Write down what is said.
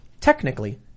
Technically